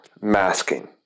masking